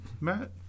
Matt